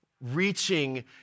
reaching